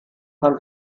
kann